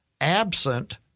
absent